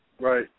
Right